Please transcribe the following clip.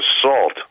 assault